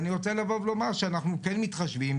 אני רוצה להגיד שאנחנו כן מתחשבים,